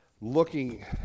looking